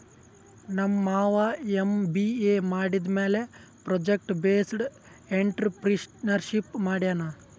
ನಮ್ ಮಾಮಾ ಎಮ್.ಬಿ.ಎ ಮಾಡಿದಮ್ಯಾಲ ಪ್ರೊಜೆಕ್ಟ್ ಬೇಸ್ಡ್ ಎಂಟ್ರರ್ಪ್ರಿನರ್ಶಿಪ್ ಮಾಡ್ಯಾನ್